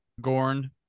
Gorn